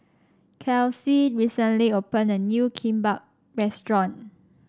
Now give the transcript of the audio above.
Kelsea recently opened a new Kimbap Restaurant